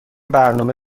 برنامه